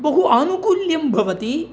बहु आनुकूल्यं भवति